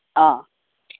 ஆ